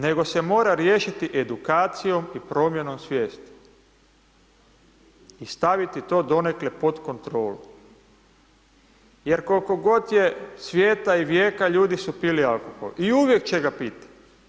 Nego se mora riješiti edukacijom i promjenom svijesti i staviti to donekle pod kontrolu jer koliko god je svjetla i vijeka, ljudi su pili alkohol i uvijek će ga piti.